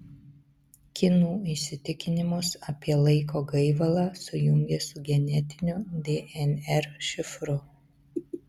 kinų įsitikinimus apie laiko gaivalą sujungė su genetiniu dnr šifru